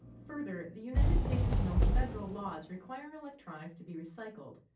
further, the united states has no federal laws requiring electronics to be recycled.